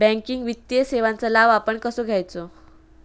Banking वित्तीय सेवाचो लाभ आपण कसो घेयाचो?